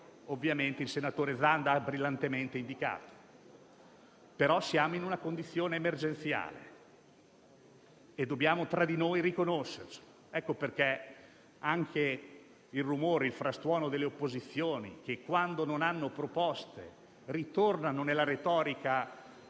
ovviamente il senatore Zanda ha brillantemente indicato. Però ora siamo in una condizione emergenziale e dobbiamo tra di noi riconoscerlo. Ho ascoltato il rumore e il frastuono delle opposizioni, che, quando non hanno proposte, ritornano nella retorica